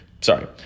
Sorry